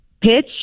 pitch